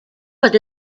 but